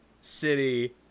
city